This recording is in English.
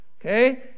Okay